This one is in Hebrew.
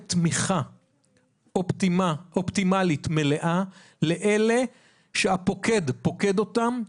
תמיכה אופטימלית מלאה לאלה שהפוקד פוקד אותם,